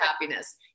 happiness